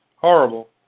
horrible